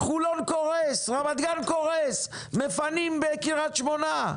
חולון קורסת, רמת גן קורסת, מפנים בקרית שמונה,